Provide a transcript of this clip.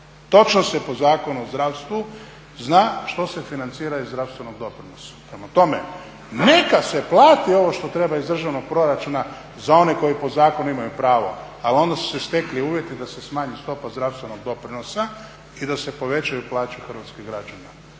Točno se po Zakonu o zdravstvu zna što se financira iz zdravstvenog doprinosa. Prema tome, neka se plati ovo što treba iz državnog proračuna za one koji po zakonu imaju pravo ali onda su se stekli uvjeti da se smanji stopa zdravstvenog doprinosa i da se povećaju plaće hrvatskim građanima.